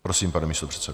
Prosím, pane místopředsedo.